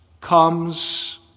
comes